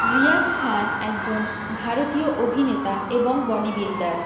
রিয়াজ খান একজন ভারতীয় অভিনেতা এবং বডি বিল্ডার